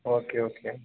okay okay